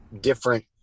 different